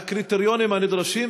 הקריטריונים הנדרשים,